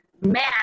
man